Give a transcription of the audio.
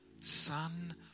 son